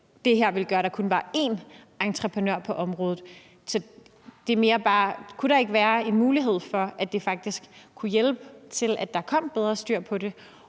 det her ville gøre, at der kun var én entreprenør på området. Så det er mere bare for at sige: Kunne der ikke være en mulighed for, at det faktisk kunne hjælpe til, at der kom bedre styr på det,